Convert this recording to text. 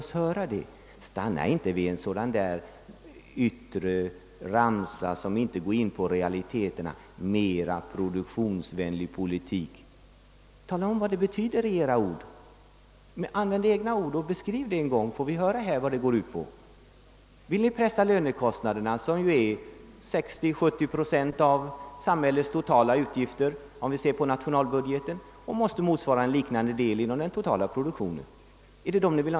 Stanna inte vid den yttre ramsa som inte går in på realiteterna! Använd era egna ord för att tala om vad »en mera produktionsvänlig politik» betyder! Beskriv det, så att vi får höra vad som menas med det uttrycket! Vill ni pressa lönekostnaderna, som är 60—70 procent av samhällets totala utgifter, om vi ser på nationalbudgeten, och som måste motsvara en liknande del av den totala produktionen? Det är den största posten.